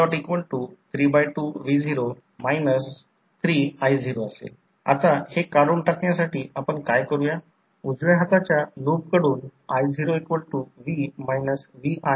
आणि secondary side ज्याला trans रेशोचा स्क्वेअर ने गुणाकार करून ट्रान्सफॉर्म केला आहे किंवा ट्रान्सफॉर्मेशन रेशियो म्हणजे K 2 R2 K 2 X2 आणि हे K 2 आहे याचा अर्थ असा आहे की सर्व पॅरामीटर्स रजिस्टन्स आणि रिअॅक्टॅन्स यांना K 2 ने गुणाकार करावा लागतो आणि हे KV2 असावे